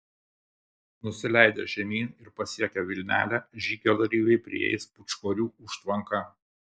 nusileidę žemyn ir pasiekę vilnelę žygio dalyviai prieis pūčkorių užtvanką